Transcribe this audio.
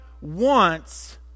wants